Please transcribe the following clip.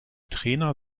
trainer